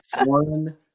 one